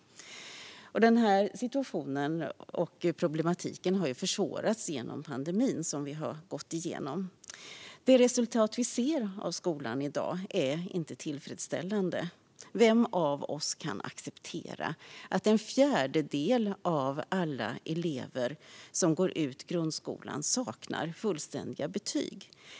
Den här situationen och problematiken har försvårats av pandemin som vi gått igenom. De resultat vi ser i skolan i dag är inte tillfredsställande. Vem av oss kan acceptera att en fjärdedel av alla elever som går ut grundskolan saknar fullständiga betyg?